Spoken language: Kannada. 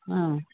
ಹಾಂ